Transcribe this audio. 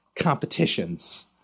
competitions